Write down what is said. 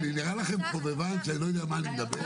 אני נראה לכם חובבן שאני לא יודע על מה אני מדבר?